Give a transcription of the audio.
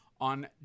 On